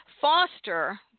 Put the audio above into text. Foster